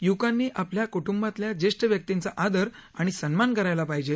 य्वकांनी आपल्या कुटुंबातल्या ज्येष्ठ व्यक्तिंचा आदर आणि सन्मान करायला पहिजे